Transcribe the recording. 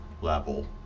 level